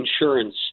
insurance